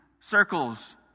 circles